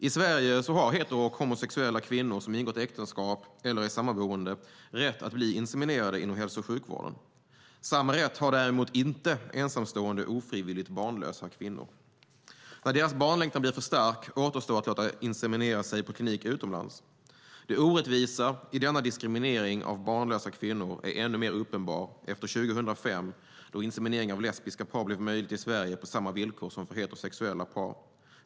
I Sverige har hetero och homosexuella kvinnor som har ingått äktenskap eller är sammanboende rätt att bli inseminerade inom hälso och sjukvården. Samma rätt har däremot inte ensamstående ofrivilligt barnlösa kvinnor. När deras barnlängtan blir för stark återstår för dem att låta inseminera sig på klinik utomlands. Det orättvisa i denna diskriminering av barnlösa kvinnor är ännu mer uppenbart efter 2005, då inseminering av lesbiska par blev möjlig i Sverige på samma villkor som för heterosexuella par.